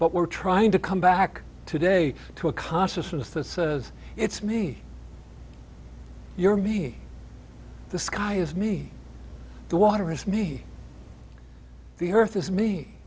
but we're trying to come back today to a consciousness that says it's me your me the sky is me the water is me the earth is me